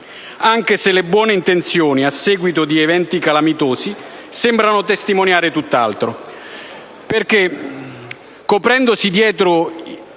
anche se le buone intenzioni, a seguito di eventi calamitosi, sembrano testimoniare tutt'altro.